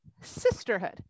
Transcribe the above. Sisterhood